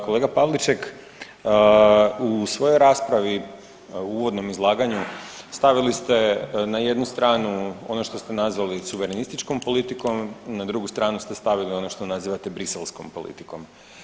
Kolega Pavliček u svojoj raspravi u uvodnom izlaganju stavili ste na jednu stranu ono što ste nazvali suverenističkom politikom, na drugu stranu ste stavili ono što nazivate briselskom politikom.